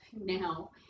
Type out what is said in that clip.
now